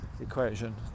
equation